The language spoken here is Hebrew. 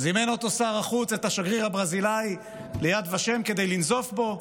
זימן שר החוץ את השגריר הברזילאי ליד ושם כדי לנזוף בו.